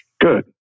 Good